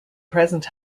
present